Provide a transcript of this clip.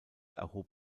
erhob